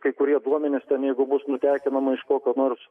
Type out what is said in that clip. kai kurie duomenys ten jeigu bus nutekinama iš kokio nors